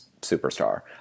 superstar